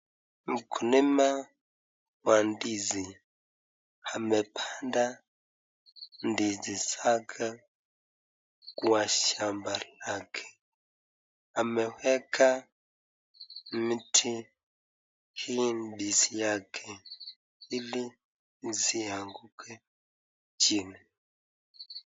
Mkulima wa ndizi amepanda ndizi zake kwa shamba lake. Aweka mti hii ndizi yake ili zisianguke chini.